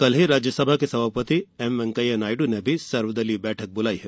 कल ही राज्यसभा के सभापति एम वेंकैया नायडू ने भी सर्वदलीय बैठक आयोजित की है